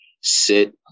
sit